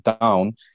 down